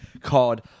called